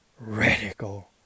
radical